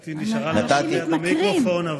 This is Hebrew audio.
גברתי נשארה ליד המיקרופון,